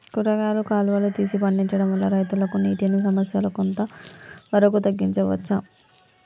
కూరగాయలు కాలువలు తీసి పండించడం వల్ల రైతులకు నీటి సమస్య కొంత వరకు తగ్గించచ్చా?